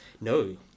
No